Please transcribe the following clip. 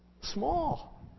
Small